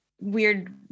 weird